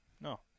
no